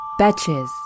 Betches